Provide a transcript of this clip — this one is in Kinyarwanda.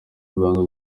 ibanga